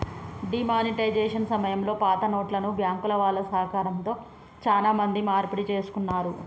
D monetisation సమయంలో పాతనోట్లను బ్యాంకుల వాళ్ళ సహకారంతో చానా మంది మార్పిడి చేసుకున్నారు